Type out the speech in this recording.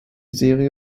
serie